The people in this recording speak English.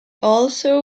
also